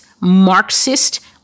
Marxist